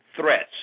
threats